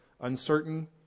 uncertain